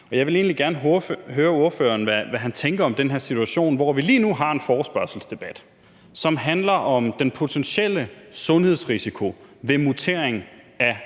Jeg vil egentlig gerne høre ordføreren, hvad han tænker om den her situation, hvor vi lige nu har en forespørgselsdebat, som handler om den potentielle sundhedsrisiko ved mutation af